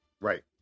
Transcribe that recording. right